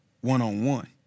one-on-one